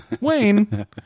Wayne